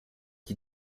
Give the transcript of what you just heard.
qui